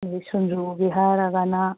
ꯑꯗꯩ ꯁꯤꯡꯖꯨꯒꯤ ꯍꯥꯏꯔꯒꯅ